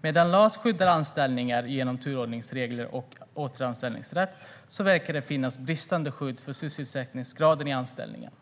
Medan LAS skyddar anställningar genom turordningsregler och återanställningsrätt verkar det finnas bristande skydd för sysselsättningsgraden i anställningen.